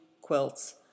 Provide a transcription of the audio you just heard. quilts